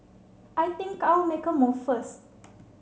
I think I'll make a move first